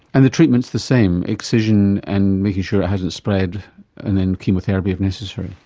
and the treatment is the same excision and making sure it hasn't spread and then chemotherapy if necessary?